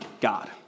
God